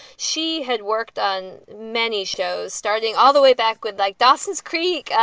she had worked on many shows starting all the way back with like dawson's creek.